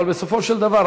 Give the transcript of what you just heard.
אבל בסופו של דבר,